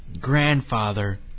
grandfather